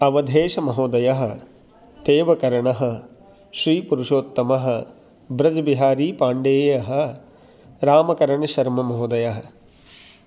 अवधेशमहोदयः तेवकरणः श्रीपुरुषोत्तमः ब्रजबिहारीपाण्डेयः रामकरणशर्ममहोदयः